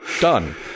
Done